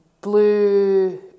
blue